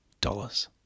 dollars